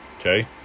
okay